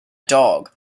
dog